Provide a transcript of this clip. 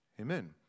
amen